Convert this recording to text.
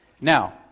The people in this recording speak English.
Now